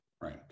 right